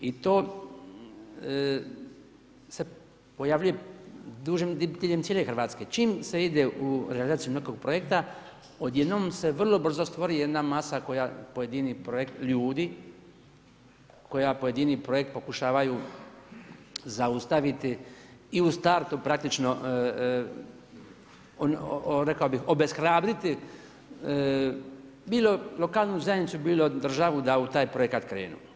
I to se pojavljuje diljem cijele Hrvatske, čim se ide u realizaciju nekog projekta, odjednom se vrlo brzo stvori jedna masa koja pojedinih projekt ljudi koji pokušavaju zaustaviti i u startu praktično rekao bih obeshrabriti, bilo lokalnu zajednicu, bilo državu da u taj projekat krenu.